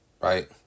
Right